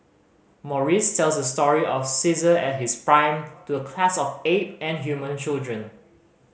Maurice tells the story of Caesar at his prime to a class of ape and human children